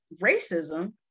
racism